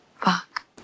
fuck